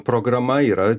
programa yra